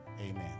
amen